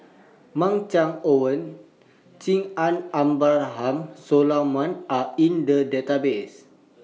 Mark Chan Owyang Chi and Abraham Solomon Are in The Database